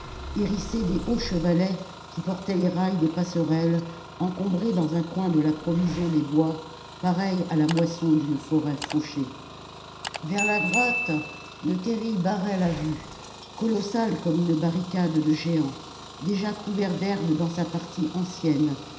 hérissé des hauts chevalets qui portaient les rails des passerelles encombré dans un coin de la provision des bois pareille à la moisson d'une forêt fauchée vers la droite le terri barrait la vue colossal comme une barricade de géants déjà couvert d'herbe dans sa partie ancienne